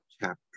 Chapter